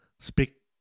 speak